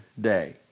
day